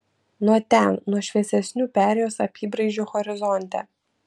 nuo ten nuo šviesesnių perėjos apybraižų horizonte